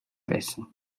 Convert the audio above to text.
байсан